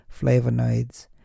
flavonoids